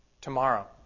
tomorrow